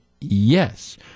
yes